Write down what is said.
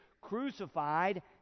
crucified